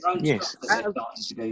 yes